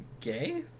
gay